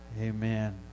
Amen